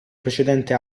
precedente